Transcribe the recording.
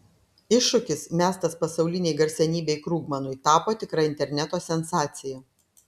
iššūkis mestas pasaulinei garsenybei krugmanui tapo tikra interneto sensacija